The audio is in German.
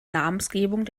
namensgebung